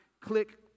click